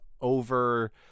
over